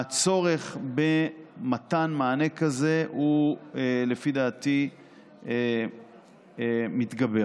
הצורך במתן מענה כזה הוא, לפי דעתי, מתגבר.